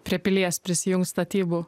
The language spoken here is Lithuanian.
prie pilies prisijungt statybų